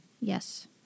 Yes